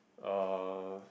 uh